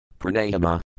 Pranayama